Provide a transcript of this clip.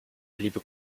liebe